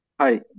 Hi